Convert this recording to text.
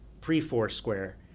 pre-Foursquare